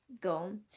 go